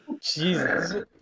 Jesus